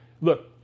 Look